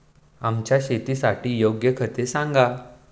आमच्या शेतासाठी योग्य खते सांगा